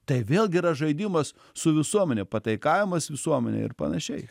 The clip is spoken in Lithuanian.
tai vėlgi yra žaidimas su visuomene pataikavimas visuomenei ir panašiai